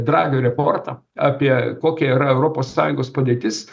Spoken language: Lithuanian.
dragio reportą apie kokia yra europos sąjungos padėtis